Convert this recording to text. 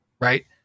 right